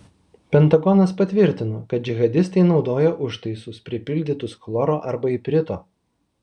pentagonas patvirtino kad džihadistai naudoja užtaisus pripildytus chloro arba iprito